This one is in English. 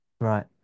Right